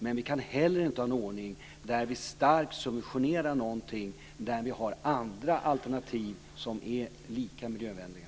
Men vi kan inte heller ha en ordning där vi starkt subventionerar någonting där vi har andra alternativ som är lika miljövänliga.